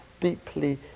deeply